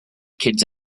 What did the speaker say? kids